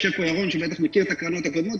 יושב פה ירון שבטח מכיר את הקרנות הקודמות,